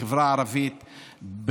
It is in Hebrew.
החברה ערבית,